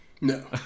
No